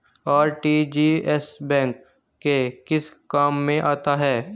RTGS bank के किस काम में आता है?